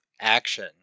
action